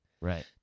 Right